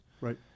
Right